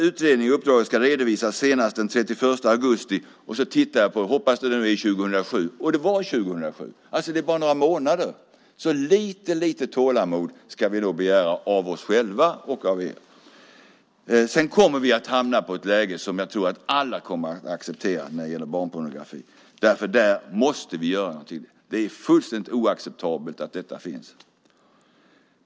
Utredningen ska redovisas senast den 31 augusti. Jag tittade efter och tänkte, hoppas nu att det är år 2007. Det var 2007. Det dröjer alltså bara några månader. Vi ska nog begära lite tålamod av oss själva och av er. Sedan kommer vi att hamna i ett läge när det gäller barnpornografi som jag tror att alla accepterar. Där måste vi göra något. Det är fullständigt oacceptabelt att det finns.